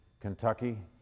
Kentucky